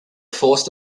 forced